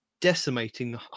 decimating